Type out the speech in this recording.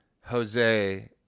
Jose